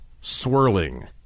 swirling